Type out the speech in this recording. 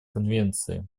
конвенции